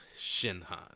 Shinhan